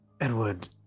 Edward